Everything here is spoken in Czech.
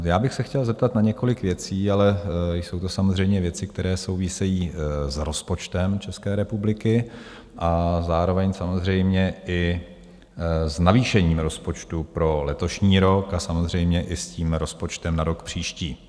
Já bych se chtěl zeptat na několik věcí, ale jsou to samozřejmě věci, které souvisejí s rozpočtem České republiky, zároveň samozřejmě i s navýšením rozpočtu pro letošní rok a samozřejmě i s rozpočtem na rok příští.